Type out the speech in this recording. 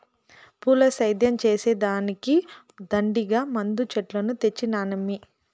పూల సేద్యం చేసే దానికి దండిగా మందు చెట్లను తెచ్చినానమ్మీ